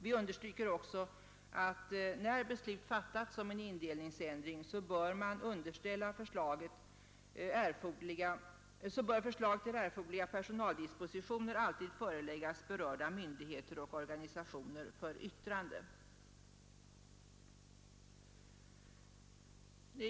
Vi understryker också att när beslut fattats om en indelningsändring, bör förslag till erforderliga personaldispositioner alltid föreläggas berörda myndigheter och organisationer för yttrande.